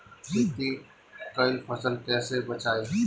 खेती कईल फसल कैसे बचाई?